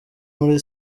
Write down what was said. muri